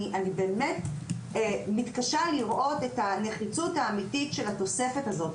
אני באמת מתקשה לראות את הנחיצות האמיתית של התוספת הזו.